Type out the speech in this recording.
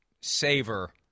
savor